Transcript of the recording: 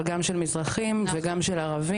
אבל גם של מזרחים וגם של ערבים,